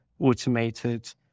automated